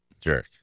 jerk